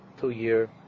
two-year